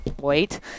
wait